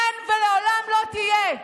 אין ולעולם לא תהיה.